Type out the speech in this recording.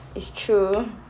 it's true